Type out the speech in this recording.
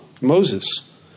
Moses